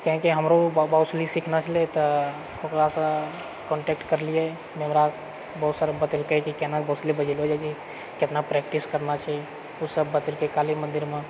काहेकि हमरो बाँसुली सीखना छलै तऽ ओकरासँ कॉन्टेक्ट करलियै जे हमरा बहुत सारा बतेलकै की केना बाँसुली बजेलहुँ जाइत छै केतना प्रैक्टिस करना छै ओ सब बतेलकै काली मन्दिरमे